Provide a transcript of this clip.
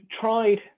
tried